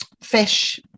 fish